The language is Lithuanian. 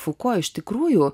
fuko iš tikrųjų